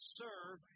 serve